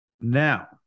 Now